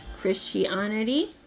christianity